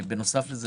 בנוסף לכך,